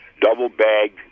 double-bag